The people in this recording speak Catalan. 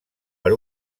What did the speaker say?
per